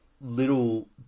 little